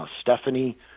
Stephanie